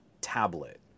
tablet